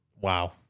Wow